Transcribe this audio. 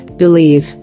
believe